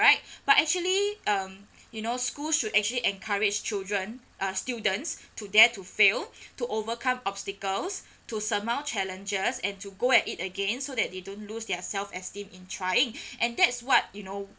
right but actually um you know schools should actually encouraged children uh students to dare to fail to overcome obstacles to surmount challenges and to go at it again so that they don't lose their self esteem in trying and that's what you know